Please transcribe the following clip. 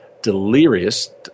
delirious